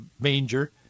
manger